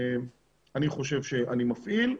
אני חושב שאני מפעיל,